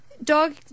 Dog